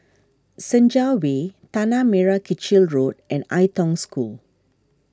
Senja Way Tanah Merah Kechil Road and Ai Tong School